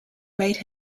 made